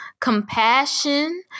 compassion